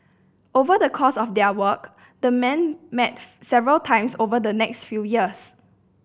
over the course of their work the men met several times over the next few years